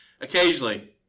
occasionally